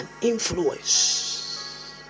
influence